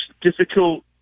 difficult